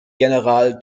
general